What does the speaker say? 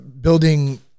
building